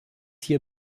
hier